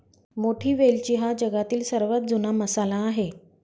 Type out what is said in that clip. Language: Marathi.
मोठी वेलची हा जगातील सर्वात जुना मसाला आहे